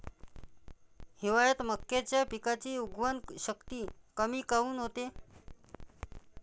हिवाळ्यात मक्याच्या पिकाची उगवन शक्ती कमी काऊन होते?